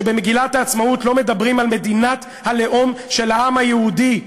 במגילת העצמאות שלא מדברים על מדינת הלאום של העם היהודי,